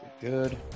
Good